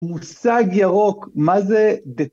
‫מושג ירוק, מה זה?